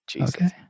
Okay